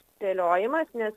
spėliojimas nes